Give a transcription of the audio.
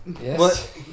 Yes